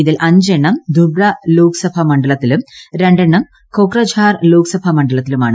ഇതിൽ അഞ്ച് എണ്ണം ധുബ്ര ലോക്സഭാ മണ്ഡലത്തിലും രണ്ട്എണ്ണം കൊക്രഝാർ ലോക്സഭാ മണ്ഡലത്തിലുമാണ്